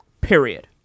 Period